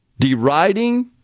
Deriding